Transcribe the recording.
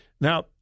Now